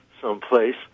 someplace